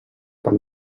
per